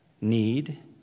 Need